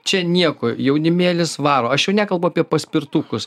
čia nieko jaunimėlis varo aš jau nekalbu apie paspirtukus